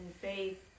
faith